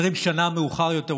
20 שנה מאוחר יותר,